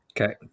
okay